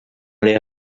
les